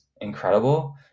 incredible